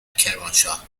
کرمانشاه